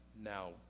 now